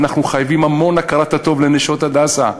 שאנחנו חייבים המון הכרת הטוב ל"נשות הדסה".